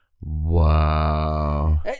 Wow